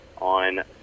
on